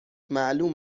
معلوم